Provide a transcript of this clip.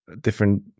different